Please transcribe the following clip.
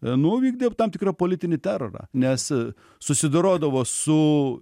nu vykdė tam tikrą politinį terorą nes susidorodavo su